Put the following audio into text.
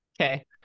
okay